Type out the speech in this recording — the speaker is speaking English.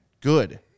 good